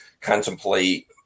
contemplate